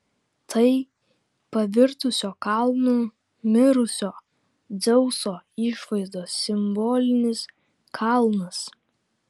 tai pavirtusio kalnu mirusio dzeuso išvaizdos simbolinis kalnas